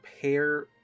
pair